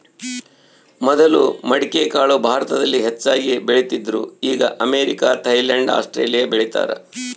ಮೊದಲು ಮಡಿಕೆಕಾಳು ಭಾರತದಲ್ಲಿ ಹೆಚ್ಚಾಗಿ ಬೆಳೀತಿದ್ರು ಈಗ ಅಮೇರಿಕ, ಥೈಲ್ಯಾಂಡ್ ಆಸ್ಟ್ರೇಲಿಯಾ ಬೆಳೀತಾರ